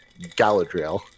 Galadriel